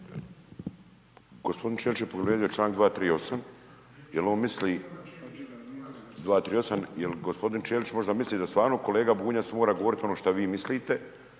Gospodin Ćelić je povredio članak 238. jel on misli 238. jel gospodin Ćelić možda misli da stvarno kolega Bunjac mora govorit ono šta vi mislite